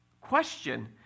question